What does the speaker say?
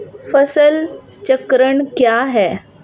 फसल चक्रण क्या है?